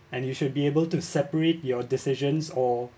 and you should be able to separate your decisions or